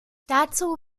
dazu